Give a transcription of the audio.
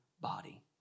body